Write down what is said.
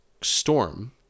storm